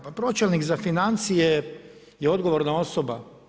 Pa pročelnik za financije je odgovorna osoba.